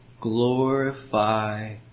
glorify